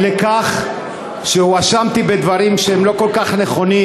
מכיוון שהואשמתי בדברים שהם לא כל כך נכונים,